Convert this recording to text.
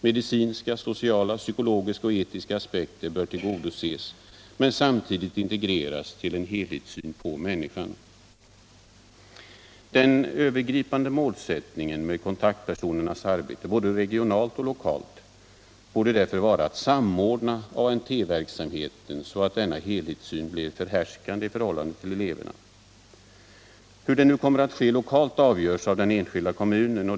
Medicinska, sociala, psykologiska och etiska aspekter bör tillgodoses men samtidigt integreras till en helhetssyn på människan. Den övergripande målsättningen med kontaktpersonernas arbete både regionalt och lokalt borde därför vara att samordna ANT-verksamheten så att denna helhetssyn blir förhärskande i förhållande till eleverna. Hur det nu kommer att ske lokalt avgörs av den enskilda kommunen.